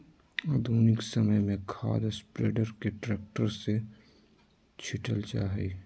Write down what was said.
आधुनिक समय में खाद स्प्रेडर के ट्रैक्टर से छिटल जा हई